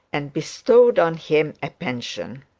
and bestowed on him a pension.